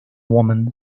woman